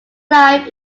life